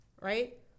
right